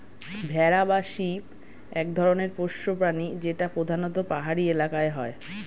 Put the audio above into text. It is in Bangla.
ভেড়া বা শিপ এক ধরনের পোষ্য প্রাণী যেটা প্রধানত পাহাড়ি এলাকায় হয়